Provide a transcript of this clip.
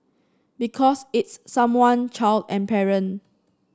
because it's someone child and parent